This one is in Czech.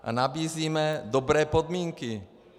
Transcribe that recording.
A nabízíme dobré podmínky.